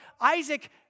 Isaac